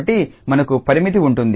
కాబట్టి మనకు పరిమితి ఉంటుంది